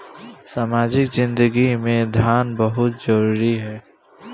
सामाजिक जिंदगी में दान बहुत जरूरी ह